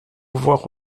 voir